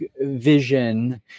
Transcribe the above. vision